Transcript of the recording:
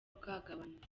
bwagabanutse